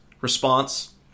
response